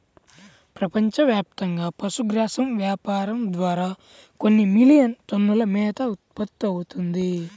ప్రపంచవ్యాప్తంగా పశుగ్రాసం వ్యాపారం ద్వారా కొన్ని మిలియన్ టన్నుల మేత ఉత్పత్తవుతుంది